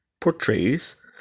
portrays